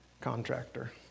contractor